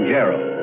Gerald